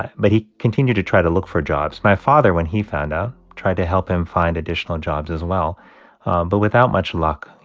ah but he continued to try to look for jobs. my father, when he found out, tried to help him find additional jobs as well but without much luck. you